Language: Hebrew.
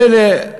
מילא,